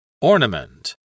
Ornament